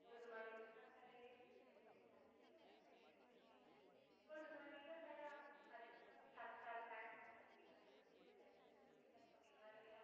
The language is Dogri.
ते उस जमाने च साढ़े दादू जी हे ओह् वैटनरी डाक्टर हे ते उस जमाने च साढ़ा अज्ज कोला सट्ठ साल पैह्लें दी गल्ल सनाना नी मेरे डैडी दा जन्म बी पक्के घर होआ हा